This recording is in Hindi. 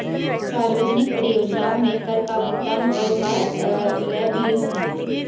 सार्वजनिक परियोजनाओं में कर का भुगतान कर का लेबलिंग है